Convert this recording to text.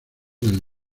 del